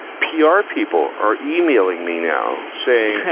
pr people are emailing me now saying,